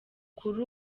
kuri